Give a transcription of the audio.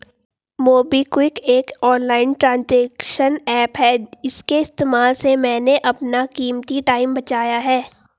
MobiKwik एक online transaction app है इसके इस्तेमाल से मैंने अपना कीमती टाइम बचाया है